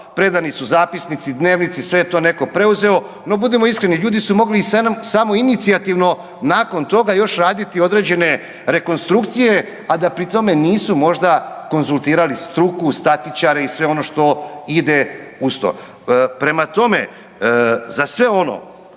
predani su zapisnici, dnevnici, sve je to neko preuzeo, no budimo iskreni, ljudi su mogli i samoinicijativno nakon toga još raditi određene rekonstrukcije a da pri tome nisu možda konzultirali struku, statičare i sve ono što ide uz to. Prema tome, za sve ono